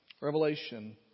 Revelation